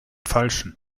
falschen